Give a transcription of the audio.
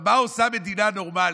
מה עושה מדינה נורמלית?